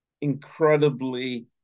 incredibly